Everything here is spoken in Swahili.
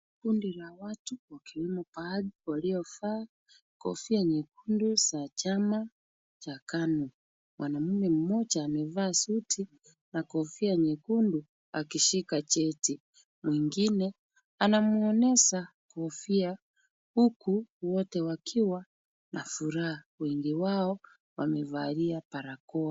Kundi la watu wa kiume baadhi waliovaa kofia nyekundu za chama cha KANU. Mwanaume mmoja amevaa suti na kofia nyekundu akishika cheti. Na mwingine anamuonyesha kofia huku wote wakiwa na furaha. Wengi wao wamevalia barakoa.